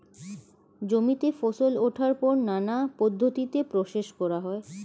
জমিতে ফসল ওঠার পর নানা পদ্ধতিতে প্রসেস করা হয়